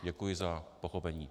Děkuji za pochopení.